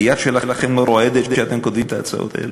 היד שלכם לא רועדת כשאתם כותבים את ההצעות האלה?